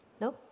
No